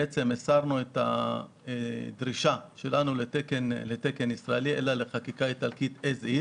הסרנו את הדרישה שלנו לתקן ישראלי והתאמנו לחקיקה איטלקית כפי שהיא,